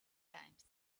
times